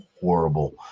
horrible